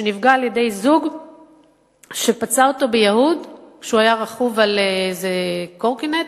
שנפגע על-ידי זוג שפצע אותו ביהוד כשהוא היה רכוב על איזה קורקינט,